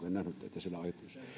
ei ole